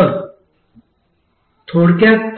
तर थोडक्यात